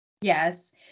yes